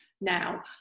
now